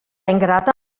ingrata